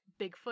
Bigfoot